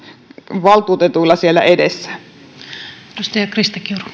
valtuutetuilla siellä edessä